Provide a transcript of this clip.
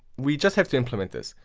we just have to implement this.